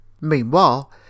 Meanwhile